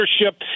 leadership